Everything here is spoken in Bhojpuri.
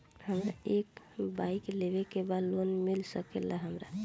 हमरा एक बाइक लेवे के बा लोन मिल सकेला हमरा?